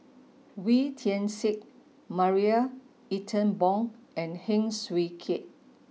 Wee Tian Siak Marie Ethel Bong and Heng Swee Keat